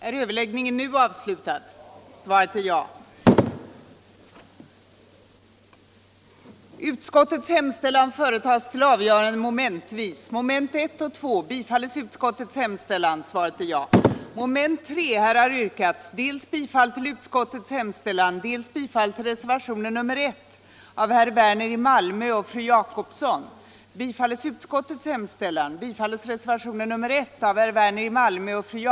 Fru talman! Jag yrkade ju tidigare bifall till motionen och jag skall inte göra några ytterligare utläggningar, utan jag vill bara förklara att när vi talar om elektronikindustrin så menar vi på sikt hela elektronikindustrin. Det vi nu diskuterar skulle alltså ingå som en del i denna. och det sade jag också i mitt första anförande. | F.ö. kvarstår mitt första bifallsyrkande. den det ej vill röstar nej. den det ej vill röstar nej.